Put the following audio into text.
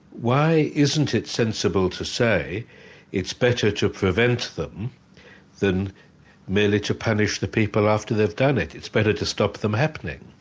why isn't it sensible to say it's better to prevent them than merely to punish the people after they've done it? it's better to stop them happening.